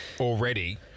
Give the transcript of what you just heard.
already